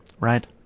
Right